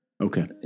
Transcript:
Okay